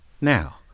now